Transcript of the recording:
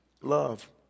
love